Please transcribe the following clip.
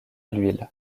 l’huile